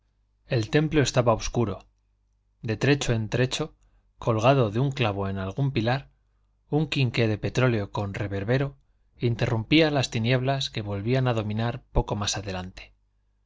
el templo estaba obscuro de trecho en trecho colgado de un clavo en algún pilar un quinqué de petróleo con reverbero interrumpía las tinieblas que volvían a dominar poco más adelante